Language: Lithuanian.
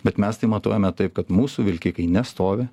bet mes tai matuojame taip kad mūsų vilkikai nestovi